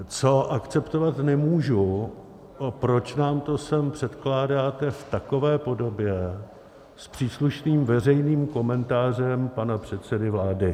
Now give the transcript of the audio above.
Co akceptovat nemůžu, proč nám to sem předkládáte v takové podobě, s příslušným veřejným komentářem pana předsedy vlády.